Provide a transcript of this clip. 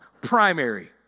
primary